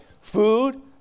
food